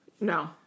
No